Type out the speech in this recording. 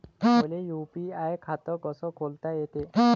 मले यू.पी.आय खातं कस खोलता येते?